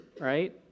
right